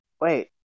wait